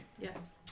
Yes